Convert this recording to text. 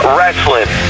Wrestling